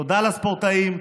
תודה לספורטאים,